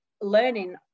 learning